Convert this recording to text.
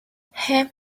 hemp